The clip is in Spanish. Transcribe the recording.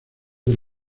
del